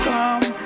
Come